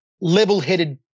level-headed